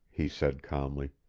he said calmly.